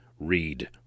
read